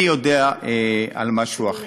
אני יודע על משהו אחר.